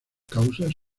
causas